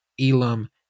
Elam